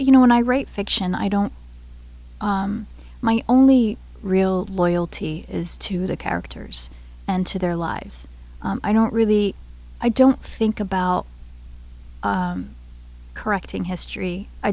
you know when i write fiction i don't my only real loyalty is to the characters and to their lives i don't really i don't think about correcting history i